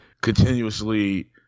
continuously